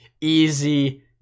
easy